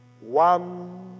one